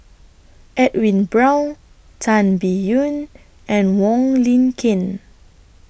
Edwin Brown Tan Biyun and Wong Lin Ken